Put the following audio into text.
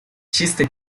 чистой